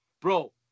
Bro